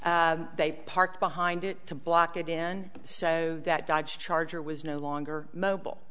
s they parked behind it to block it in so that dodge charger was no longer mobile